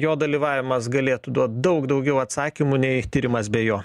jo dalyvavimas galėtų duoti daug daugiau atsakymų nei tyrimas be jo